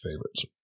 favorites